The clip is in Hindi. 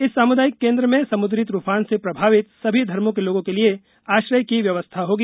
इस सामुदायिक केन्द्र में समुद्री तुफान से प्रभावित सभी धर्मों के लोगों के लिए आश्रय की व्यवस्था होगी